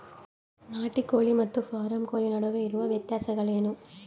ನಾಟಿ ಕೋಳಿ ಮತ್ತು ಫಾರಂ ಕೋಳಿ ನಡುವೆ ಇರುವ ವ್ಯತ್ಯಾಸಗಳೇನು?